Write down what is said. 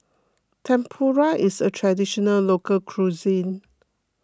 Tempura is a Traditional Local Cuisine